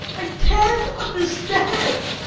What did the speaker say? i can't understand.